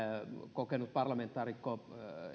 kokenut parlamentaarikko